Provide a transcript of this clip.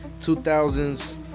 2000s